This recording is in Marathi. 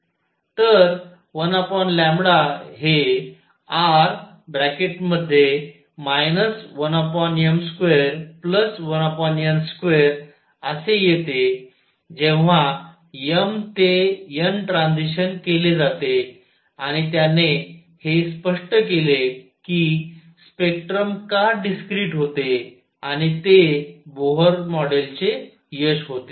तर 1λ हे R 1m21n2 असे येते जेव्हा m ते n ट्रांझिशन केले जाते आणि त्याने हे स्पष्ट केले की स्पेक्ट्रम का डिस्क्रिट होते आणि ते बोहर मॉडेलचे यश होते